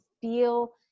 feel